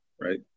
right